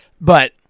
but-